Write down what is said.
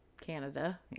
canada